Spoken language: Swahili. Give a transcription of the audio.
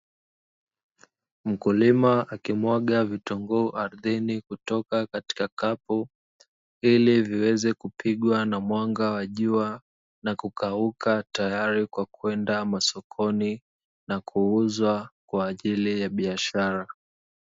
Mkulima akimwaga vitunguu ardhini kutoka katika kapu, ili viweze kupigwa na mwanga wa jua na kukauka tayari kwa kwenda masokoni na kuuzwa kwa ajili ya biashara.